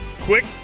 quick